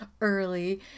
early